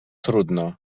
trudno